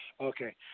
Okay